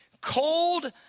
cold